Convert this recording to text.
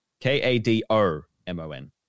K-A-D-O-M-O-N